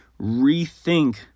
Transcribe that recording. rethink